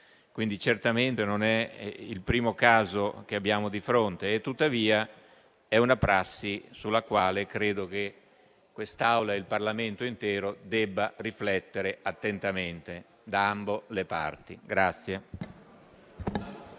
Quindi certamente non è il primo caso che abbiamo di fronte. Tuttavia è una prassi sulla quale credo che quest'Aula e il Parlamento intero debbano riflettere attentamente, da ambo le parti.